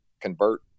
convert